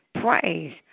Praise